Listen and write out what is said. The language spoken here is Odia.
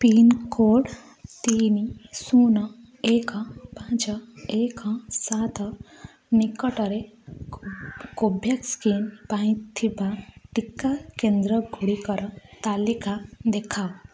ପିନ୍କୋଡ଼୍ ତିନି ଶୂନ ଏକ ପାଞ୍ଚ ଏକ ସାତ ନିକଟରେ କୋଭ୍ୟାକ୍ସିନ୍ ପାଇଁ ଥିବା ଟିକା କେନ୍ଦ୍ରଗୁଡ଼ିକର ତାଲିକା ଦେଖାଅ